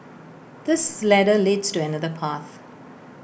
this ladder leads to another path